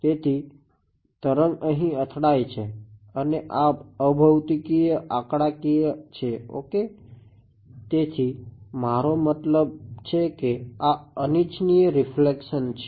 તેથી તરંગ અહી અથડાય છે અને આ અભૌતીકીય રીફ્લેક્શન છે